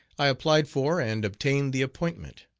i applied for and obtained the appointment.